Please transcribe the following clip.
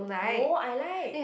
no I like